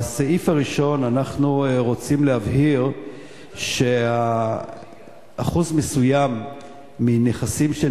בסעיף הראשון אנחנו רוצים להבהיר שאחוז מסוים מנכסים של